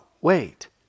wait